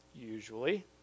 usually